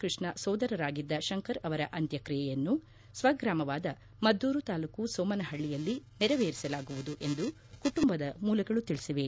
ಕೃಷ್ಣ ಸೋದರರಾಗಿದ್ದ ಶಂಕರ್ ಅವರ ಅಂತ್ಯಕ್ರಿಯೆಯನ್ನು ಸ್ವಗ್ರಾಮವಾದ ಮದ್ದೂರು ತಾಲೂಕು ಸೋಮನಹಳ್ಳಯಲ್ಲಿ ನೆರವೇರಿಸಲಾಗುವುದು ಎಂದು ಕುಟುಂಬದ ಮೂಲಗಳು ತಿಳಿಸಿವೆ